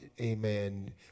amen